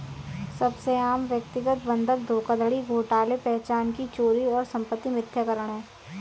सबसे आम व्यक्तिगत बंधक धोखाधड़ी घोटाले पहचान की चोरी और संपत्ति मिथ्याकरण है